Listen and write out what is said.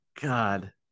God